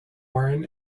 warren